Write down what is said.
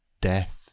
death